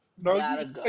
No